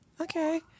okay